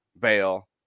bail